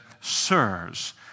Sirs